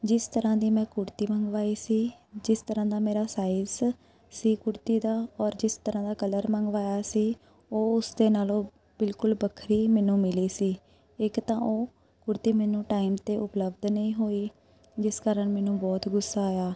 ਜਿਸ ਤਰ੍ਹਾਂ ਦੀ ਮੈਂ ਕੁੜਤੀ ਮੰਗਵਾਈ ਸੀ ਜਿਸ ਤਰ੍ਹਾਂ ਦਾ ਮੇਰਾ ਸਾਈਸ ਸੀ ਕੁੜਤੀ ਦਾ ਔਰ ਜਿਸ ਤਰ੍ਹਾਂ ਦਾ ਕਲਰ ਮੰਗਵਾਇਆ ਸੀ ਉਹ ਉਸ ਦੇ ਨਾਲੋਂ ਬਿਲਕੁਲ ਵੱਖਰੀ ਮੈਨੂੰ ਮਿਲੀ ਸੀ ਇੱਕ ਤਾਂ ਉਹ ਕੁੜਤੀ ਮੈਨੂੰ ਟਾਈਮ 'ਤੇ ਉਪਲਬਧ ਨਹੀਂ ਹੋਈ ਜਿਸ ਕਾਰਨ ਮੈਨੂੰ ਬਹੁਤ ਗੁੱਸਾ ਆਇਆ